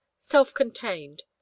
self-contained